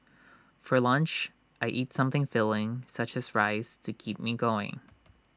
for lunch I eat something filling such as rice to keep me going